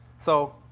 so